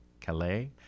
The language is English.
Calais